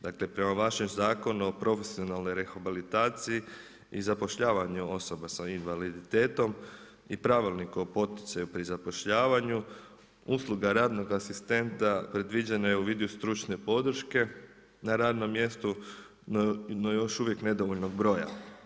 Dakle, prema važem Zakonu o profesionalnoj rehabilitaciji i zapošljavanju osoba s invaliditetom, i pravilniku o poticaju pri zapošljavanju, usluga radnog asistenta predviđene u vidu stručne podrške na radnom mjestu no još uvijek nedovoljnog broja.